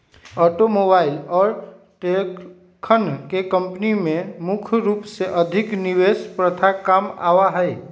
automobile और ट्रेलरवन के कम्पनी में मुख्य रूप से अधिक निवेश प्रथा काम में आवा हई